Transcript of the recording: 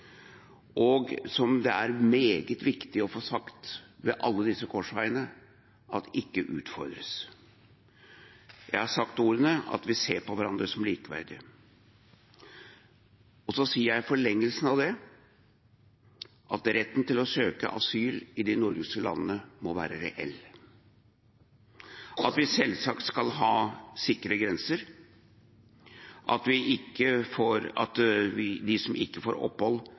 ved alle korsveier er meget viktig å få sagt at ikke må utfordres. Jeg har sagt ordene – at vi ser på hverandre som likeverdige. I forlengelsen av det vil jeg si at retten til å søke om asyl i de nordiske landene må være reell. Vi skal selvsagt ha sikre grenser, de som ikke får opphold,